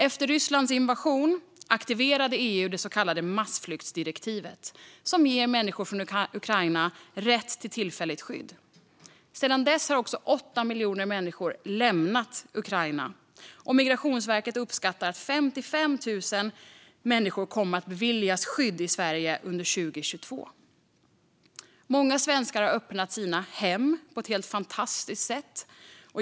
Efter Rysslands invasion aktiverade EU det så kallade massflyktsdirektivet, som ger människor från Ukraina rätt till tillfälligt skydd. Sedan dess har 8 miljoner människor lämnat Ukraina. Migrationsverket uppskattar att 55 000 människor kommer att beviljas skydd i Sverige under 2022. Många svenskar har öppnat sina hem på ett helt fantastiskt sätt.